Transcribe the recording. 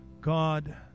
God